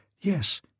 Yes